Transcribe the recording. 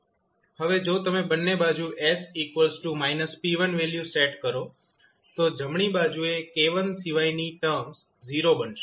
હવે જો તમે બંને બાજુ s p1 વેલ્યુ સેટ કરો તો જમણી બાજુએ k1 સિવાયની ટર્મ્સ 0 બનશે